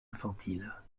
infantile